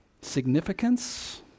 significance